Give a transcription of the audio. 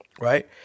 Right